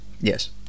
Yes